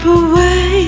away